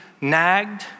nagged